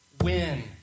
win